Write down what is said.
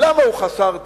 למה הוא חסר דת,